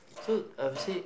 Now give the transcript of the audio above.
so I will say